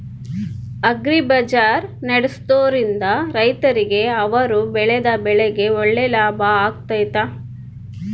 Agri ಬಜಾರ್ ನಡೆಸ್ದೊರಿಂದ ರೈತರಿಗೆ ಅವರು ಬೆಳೆದ ಬೆಳೆಗೆ ಒಳ್ಳೆ ಲಾಭ ಆಗ್ತೈತಾ?